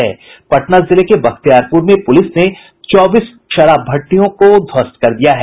पटना जिले के बख्तिायारपुर में पुलिस ने चौबीस शराब भट्टियों को ध्वस्त कर दिया है